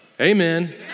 Amen